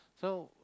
so